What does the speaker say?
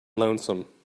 lonesome